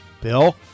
Bill